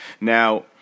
Now